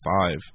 five